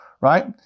right